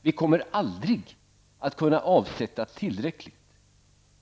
Vi kommer aldrig att kunna avsätta tillräckligt.